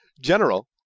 General